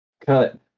cut